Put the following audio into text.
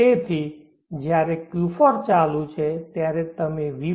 તેથી જ્યારે Q4 ચાલુ છે ત્યારે તમે Vp